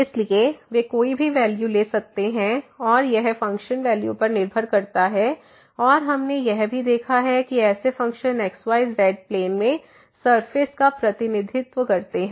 इसलिए वे कोई भी वैल्यू ले सकते हैं और यह फंक्शन वैल्यू पर निर्भर करता है और हमने यह भी देखा है कि ऐसे फ़ंक्शन xyz प्लेन में सरफेस का प्रतिनिधित्व करते हैं